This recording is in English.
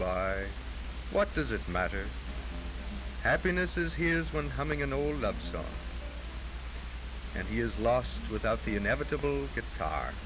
buy what does it matter happiness is here's one coming in the hold up stuff and he is lost without the inevitable guitar